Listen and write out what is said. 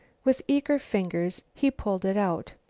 with eager fingers he pulled it out.